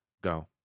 go